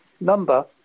Number